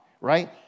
right